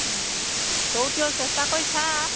তয়ো তেও চেষ্টা কৰি চা